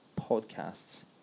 podcasts